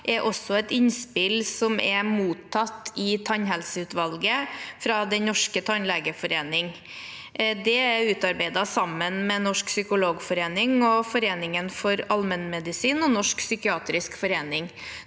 er også et innspill som er mottatt i tannhelseutvalget fra Den norske tannlegeforening. Det er utarbeidet sammen med Norsk Psykologforening, Norsk forening for allmennmedisin og Norsk psykiatrisk forening.